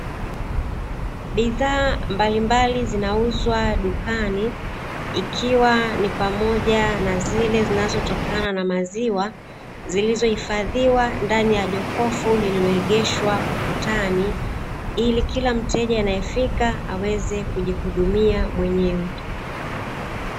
Bidhaa mbalimbali zinauzwa dukani, ikiwa ni pamoja na zile zinazotokana na maziwa, zilizohifadhiwa ndani ya jokofu lililoegeshwa ukutani, ili kila mteja anayefika aweze kujihudumia mwenyewe.